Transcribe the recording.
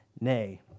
nay